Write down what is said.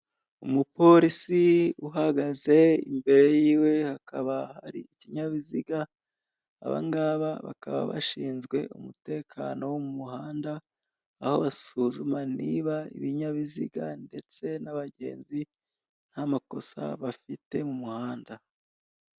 Umuporisi uhagaze imbere y'iwe hakaba hari ikinyabiziga, abangaba bakaba bashinzwe umutekano wo mu muhanda aho basuzuma niba ibinyabiziga ndetse n'abagenzi ntamakosa bafite mu muhanda.